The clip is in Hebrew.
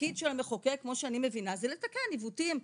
התפקיד של המחוקק כמו שאני מבינה זה לתקן עיוותים,